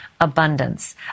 Abundance